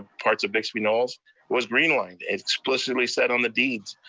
parts of bixby knolls was green-lined, explicitly said on the deeds.